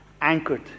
anchored